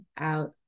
out